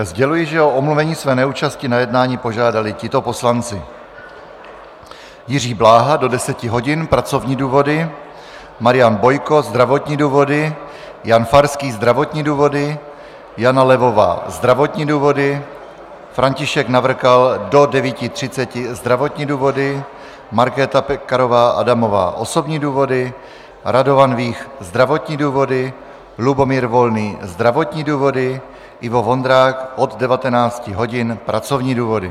Sděluji, že o omluvení své neúčasti na jednání požádali tito poslanci: Jiří Bláha do 10 hodin pracovní důvody, Marian Bojko zdravotní důvody, Jan Farský zdravotní důvody, Jana Levová zdravotní důvody, František Navrkal do 9.30 zdravotní důvody, Markéta Pekarová Adamová osobní důvody, Radovan Vích zdravotní důvody, Lubomír Volný zdravotní důvody, Ivo Vondrák od 19 hodin pracovní důvody.